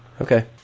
Okay